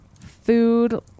food